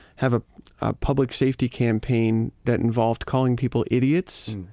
have a public safety campaign that involved calling people idiots,